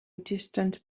distant